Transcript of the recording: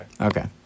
okay